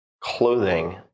clothing